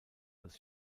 als